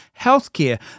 healthcare